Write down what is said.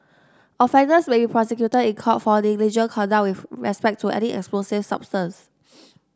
offenders may be prosecuted in court for negligent conduct with respect to any explosive substance